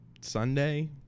Sunday